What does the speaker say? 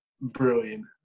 brilliant